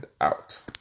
out